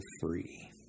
free